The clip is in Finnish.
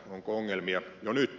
onko ongelmia jo nyt